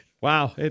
wow